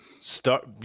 start